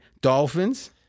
Dolphins